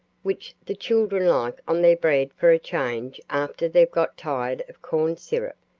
which the children like on their bread for a change after they've got tired of corn syrup,